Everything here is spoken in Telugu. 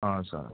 సరే